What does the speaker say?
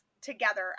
together